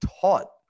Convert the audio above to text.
taught